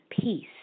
peace